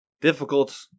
difficult